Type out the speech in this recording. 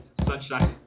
Sunshine